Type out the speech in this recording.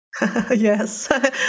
Yes